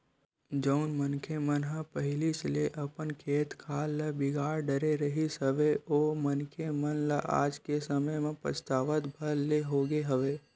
जउन मनखे मन ह पहिलीच ले अपन खेत खार ल बिगाड़ डरे रिहिस हवय ओ मनखे मन ल आज के समे म पछतावत भर ले होगे हवय